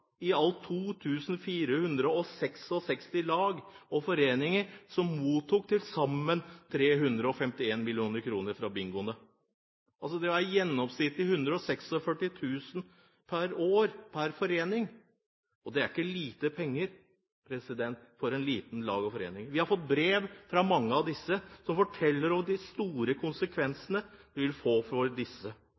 i alt 2 466 lag og foreninger som mottok til sammen 351 mill. kr fra bingoene. Det er gjennomsnittlig 146 000 kr per år per forening. Det er ikke lite penger for et lite lag eller en liten forening. Vi har fått brev fra mange av disse, som forteller om de store konsekvensene det vil få for